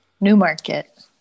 Newmarket